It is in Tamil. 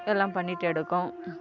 இதெல்லாம் பண்ணிட்டு எடுக்கும்